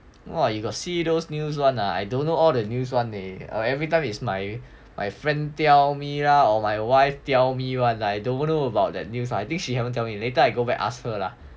!wah! you got see those news [one] ah I don't know all the news [one] leh everytime is my my friend tell me lah or my wife tell me [one] I don't know about that news I think she haven't tell me later go back ask her lah